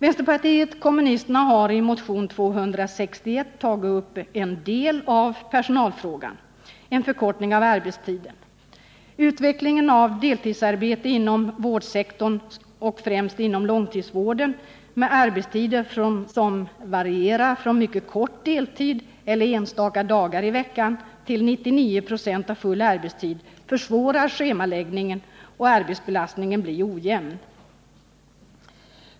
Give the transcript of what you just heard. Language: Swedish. Vänsterpartiet kommunisterna har i motionen 261 tagit upp en del av personalfrågan, nämligen en förkortning av arbetstiden. Utvecklingen av deltidsarbete inom vårdsektorn och främst inom långtidsvården, med arbetstider som varierar från mycket kort deltid eller enstaka dagar i veckan till 99 96 av full arbetstid, försvårar schemaläggningen, och arbetsbelastningen blir ojämn.